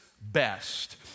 best